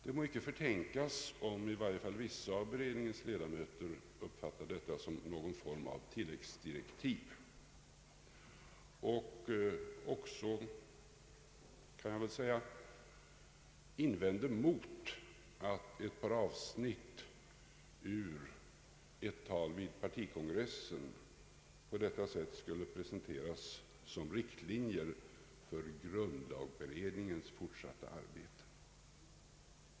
Det må icke förtänkas om i varje fall vissa av beredningens ledamöter uppfattar detta som någon form av tilläggsdirektiv och också, kan jag väl säga, invänder mot att ett par avsnitt ur ett tal vid partikongressen på detta sätt skulle presenteras som riktlinjer för grundlagberedningens fortsatta arbete.